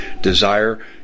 desire